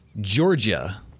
Georgia